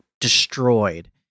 destroyed